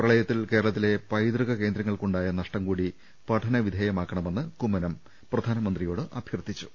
പ്രളയത്തിൽ കേരളത്തിലെ പൈതൃക കേന്ദ്രങ്ങൾക്കുണ്ടായ നഷ്ടം കൂടി പഠന വിധേയമാക്കണമെന്ന് കുമ്മനം പ്രധാനമന്ത്രിയോട് അഭ്യർത്ഥിച്ചു